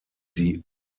die